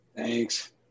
Thanks